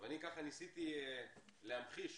ניסיתי להמחיש